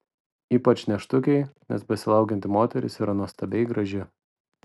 ypač nėštukei nes besilaukianti moteris yra nuostabiai graži